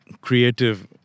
creative